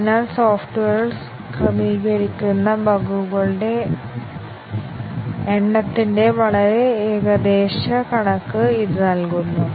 അതിനാൽ സോഫ്റ്റ്വെയറിൽ ക്രമീകരിക്കുന്ന ബഗുകളുടെ എണ്ണത്തിന്റെ വളരെ ഏകദേശ കണക്ക് ഇത് നൽകുന്നു